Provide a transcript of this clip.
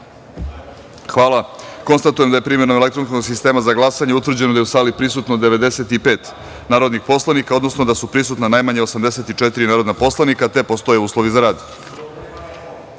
sistema. Konstatujem da je primenom elektronskog sistema za glasanje, utvrđeno da je u sali prisutno 95 narodnih poslanika, odnosno da su prisutna najmanje 84 narodna poslanika i da postoje uslovi za